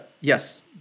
Yes